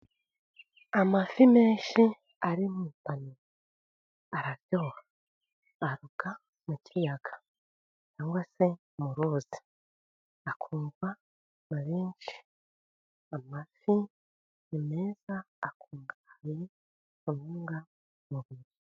Amafi menshi ari mu ipaniye, araryoha arobwa mu kiyaga cyangwa se mu ruzi, akundwa na benshi, amafi ni meza akungahaye ku ntungamubiri.